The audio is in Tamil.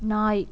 நாய்